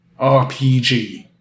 RPG